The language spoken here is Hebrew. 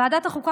ועדת החוקה,